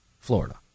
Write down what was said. Florida